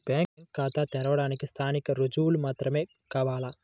Bank ఖాతా తెరవడానికి స్థానిక రుజువులు మాత్రమే కావాలా?